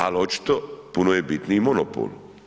Ali očito puno je bitniji monopol.